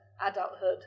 adulthood